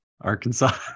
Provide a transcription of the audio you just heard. Arkansas